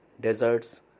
deserts